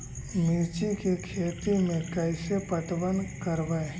मिर्ची के खेति में कैसे पटवन करवय?